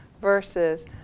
versus